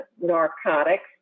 narcotics